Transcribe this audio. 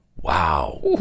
Wow